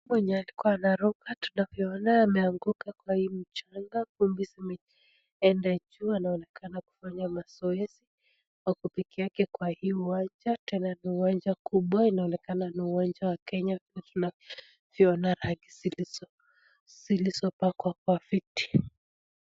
Mwenye alikuwa anaruka tunavyoona ameanguka kwa hii mchanga, vumbi zimeenda juu. Anaonekana kufanya mazoezi. Ako peke yake kwa hii uwanja tena ni uwanja kubwa, inaonekana ni uwanja wa Kenya tunavyoona rangi zilizopakwa kwa viti.